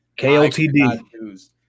KOTD